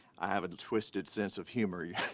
i have a twisted sense of humor. yeah